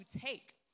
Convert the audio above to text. take